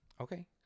okay